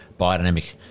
biodynamic